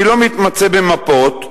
אני לא מתמצא במפות.